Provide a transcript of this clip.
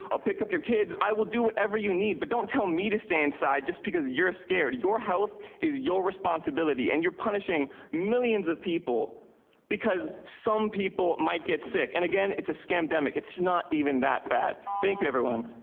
i'll pick up your kids. i will do whatever you need, but don't tell me to stay inside just because you're scared. your health is your responsibility and you're punishing millions of people because some people might get sick. and again, it's a scamdemic. it's not even that bad. thank you everyone.